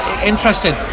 interesting